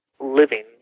living